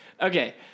Okay